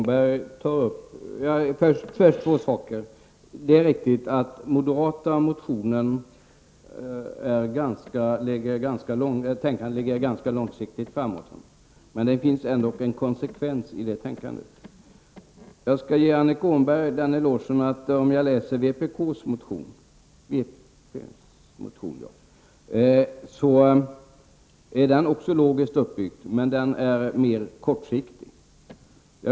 Herr talman! Det är riktigt att tankegångarna i den moderata motionen är ganska långsiktiga, men det finns ändå en konsekvens i detta tänkande. Jag skall ge Annika Åhnberg en eloge genom att säga att också vänsterpartiets motion är logiskt uppbyggd, men den är mer kortsiktig.